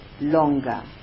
longer